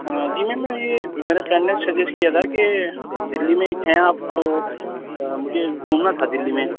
جی ma'am یہ میرے sir نے سجیس کیا تھا کہ دلی میں ہیں آپ تو مجھے گھومنا تھا دلی میں